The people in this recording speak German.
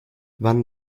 wann